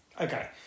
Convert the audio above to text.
Okay